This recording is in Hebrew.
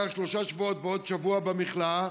מה שלוקח שלושה שבועות ועוד שבוע במכלאה,